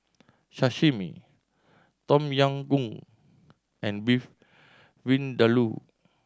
Sashimi Tom Yam Goong and Beef Vindaloo